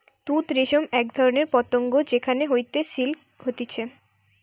তুত রেশম এক ধরণের পতঙ্গ যেখান হইতে সিল্ক হতিছে